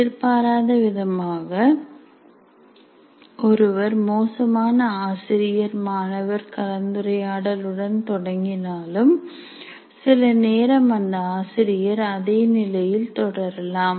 எதிர்பாராத விதமாக ஒருவர் மோசமான ஆசிரியர் மாணவர் கலந்துரையாடல் உடன் தொடங்கினாலும் சில நேரம் அந்த ஆசிரியர் அதே நிலையில் தொடரலாம்